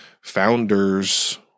founders